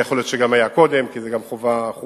יכול שהיה גם קודם, כי זו גם חובה חוקית,